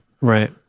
right